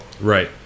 right